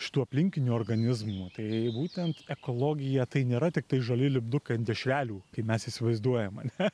šitų aplinkinių organizmų tai būtent ekologija tai nėra tiktai žali lipdukai ant dešrelių kaip mes įsivaizduojam ane